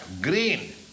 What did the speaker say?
green